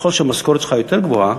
וככל שהמשכורת שלך יותר גבוהה,